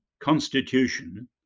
Constitution